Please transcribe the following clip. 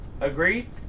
Agreed